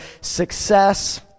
success